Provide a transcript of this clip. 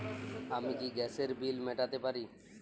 আমি কি গ্যাসের বিল মেটাতে পারি?